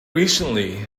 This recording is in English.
recently